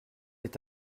est